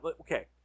Okay